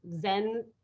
Zen